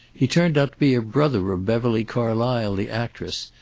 he turned out to be a brother of beverly carlysle, the actress,